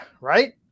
right